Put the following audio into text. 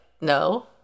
No